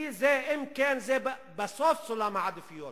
כי זה בסוף סולם העדיפויות.